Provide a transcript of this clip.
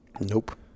nope